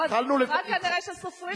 לא, אז בצבא כנראה סופרים אותן.